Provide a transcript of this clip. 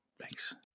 Thanks